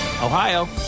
Ohio